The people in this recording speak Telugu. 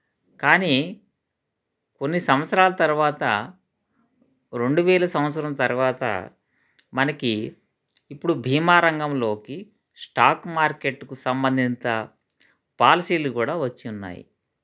కానీ కొన్ని సంవత్సరాల తర్వాత రెండు వేల సంవత్సరం తర్వాత మనకి ఇప్పుడు బీమా రంగంలోకి స్టాక్ మార్కెట్టుకు సంబందింత పాలసీలు కూడా వచ్చి ఉన్నాయి